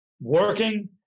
working